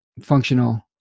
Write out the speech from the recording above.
functional